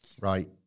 Right